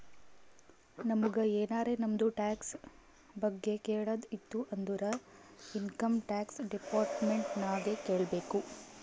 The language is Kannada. ನಮುಗ್ ಎನಾರೇ ನಮ್ದು ಟ್ಯಾಕ್ಸ್ ಬಗ್ಗೆ ಕೇಳದ್ ಇತ್ತು ಅಂದುರ್ ಇನ್ಕಮ್ ಟ್ಯಾಕ್ಸ್ ಡಿಪಾರ್ಟ್ಮೆಂಟ್ ನಾಗೆ ಕೇಳ್ಬೇಕ್